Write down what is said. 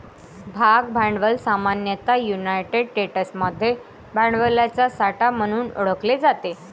भाग भांडवल सामान्यतः युनायटेड स्टेट्समध्ये भांडवलाचा साठा म्हणून ओळखले जाते